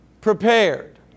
prepared